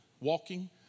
walking